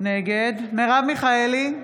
נגד מרב מיכאלי,